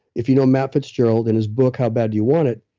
if you know matt fitzgerald in his book, how bad you want it,